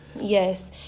Yes